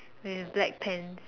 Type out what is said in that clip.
with black pant